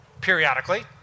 periodically